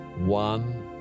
One